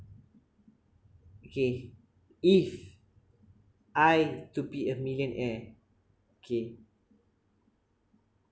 okay if I to be a millionaire okay